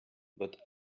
but